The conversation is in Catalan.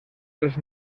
tres